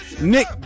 Nick